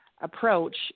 approach